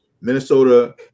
Minnesota